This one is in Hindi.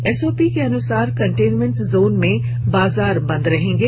एसओपी के अनुसार कंटेनमेंट जोन में बाजार बंद रहेंगे